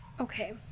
okay